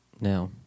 now